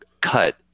cut